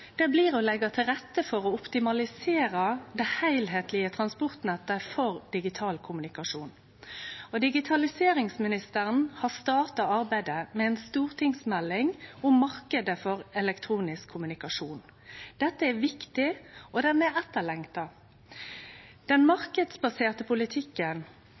å leggje til rette for å optimalisere det heilskaplege transportnettet for digital kommunikasjon. Digitaliseringsministeren har starta arbeidet med ei stortingsmelding om marknaden for elektronisk kommunikasjon. Dette er viktig, og den er etterlengta. Den marknadsbaserte politikken,